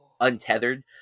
untethered